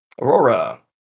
Aurora